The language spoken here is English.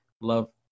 love